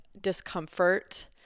discomfort